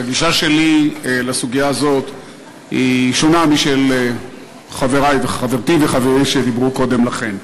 הגישה שלי לסוגיה הזאת שונה משל חברי וחברתי שדיברו קודם לכן.